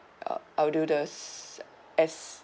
uh I'll do the s~ as